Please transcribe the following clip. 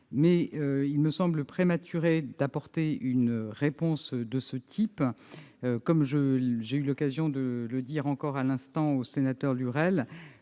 mais il semble prématuré d'apporter une réponse de ce type. Comme j'ai eu l'occasion de le dire, encore à l'instant à M. Lurel,